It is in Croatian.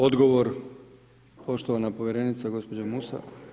Odgovor, poštovana povjerenica gospođa Musa.